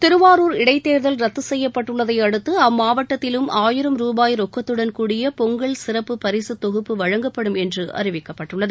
திருவாரூர் இடைத் தேர்தல் ரத்து செய்யப்பட்டுள்ளதை அடுத்து அம்மாவட்டத்திலும் ஆயிரம் ரொக்கத்துடன் கூடிய பொங்கல் சிறப்பு பரிசுத் தொகுப்பு வழங்கப்படும் என்று ருபாய் அறிவிக்கப்பட்டுள்ளது